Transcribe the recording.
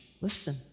Listen